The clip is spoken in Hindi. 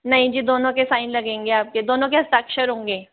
नहीं जी दोनों के साइन लगेंगे आपके दोनों के हस्ताक्षर होंगे